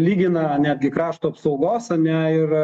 lygina netgi krašto apsaugos ar ne ir